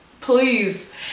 Please